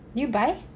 did you buy